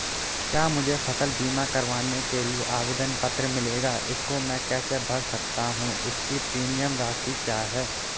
क्या मुझे फसल बीमा करवाने के लिए आवेदन पत्र मिलेगा इसको मैं कैसे भर सकता हूँ इसकी प्रीमियम राशि क्या है?